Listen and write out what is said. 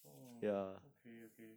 !wah! okay okay